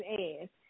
ass